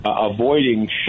avoiding